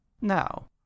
Now